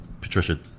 Patricia